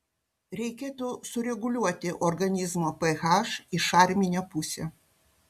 reikėtų sureguliuoti organizmo ph į šarminę pusę